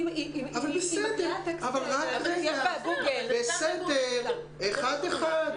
עם כל הכבוד, היא מקריאה --- בסדר, אחד אחד.